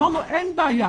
אמרנו, אין בעיה.